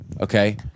okay